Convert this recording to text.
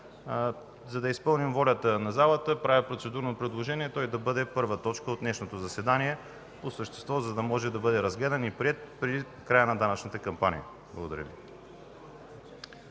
За да изпълним волята на залата, правя процедурно предложение той да бъде първа точка от днешното заседание, за да може да бъде разгледан по същество и приет преди края на данъчната кампания. Благодаря Ви.